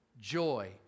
joy